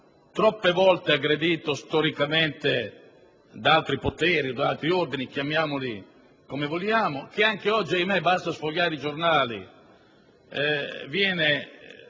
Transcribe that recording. troppe volte aggredito storicamente da altri poteri o da altri ordini (chiamiamoli come vogliamo), che anche oggi - ahimè, basta sfogliare i giornali - viene